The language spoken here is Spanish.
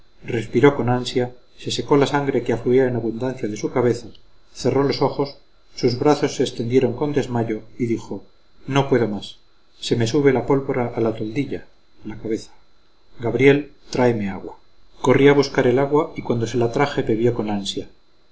respiro con ansia se secó la sangre que afluía en abundancia de su cabeza cerró los ojos sus brazos se extendieron con desmayo y dijo no puedo más se me sube la pólvora a la toldilla la cabeza gabriel tráeme agua corrí a buscar el agua y cuando se la traje bebió con ansia